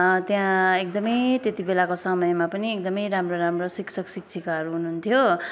त्यहाँ एकदमै त्यति बेलाको समयमा पनि एकदमै राम्रो राम्रो शिक्षक शिक्षिकाहरू हुनुहुन्थ्यो